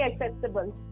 accessible